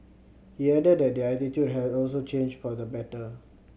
he added that their attitude has also changed for the better